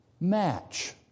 match